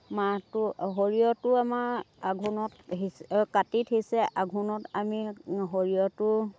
মাহটো সৰিয়হটো আমাৰ আঘোণত সিঁচে অ' কাতিত সিঁচে আঘোণত আমি সৰিয়হটো